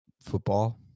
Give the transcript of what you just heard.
football